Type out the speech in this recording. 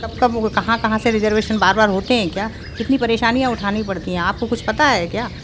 कब कब वो कहाँ कहाँ से रिजर्वेशन बार बार होते हैं क्या कितनी पेरशानियां उठानी पड़ती हैं आप को कुछ पता है क्या